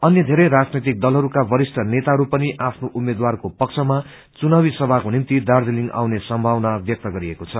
अन्य धेरै राजनैतिक दलहरू वरिष्ठ नेताहरू पनि आफ्नो उम्मेद्वारको पक्षमा चुनावी सभाको निम्ति दार्जीलिङ आउने सम्भावना व्यक्त गरिएको छ